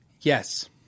Yes